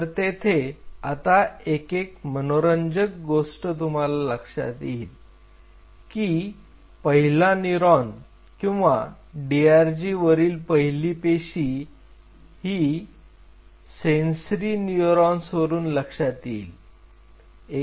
तर येथे आता एक एक मनोरंजक गोष्ट तुम्हाला लक्षात येईल की पहिला न्यूरॉन किंवा DRG वरील पहिली पेशी ही सेंसोरि न्यूरॉन्स वरून लक्षात येईल